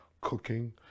cooking